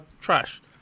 trash